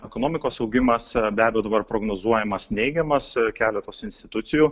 ekonomikos augimas be abejo dabar prognozuojamas neigiamas keletos institucijų